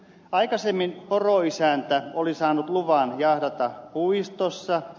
aikaisemmin poroisäntä oli saanut luvan jahdata puistossa